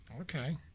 Okay